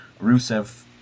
Rusev